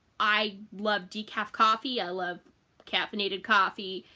i love decaf coffee, i love caffeinated coffee,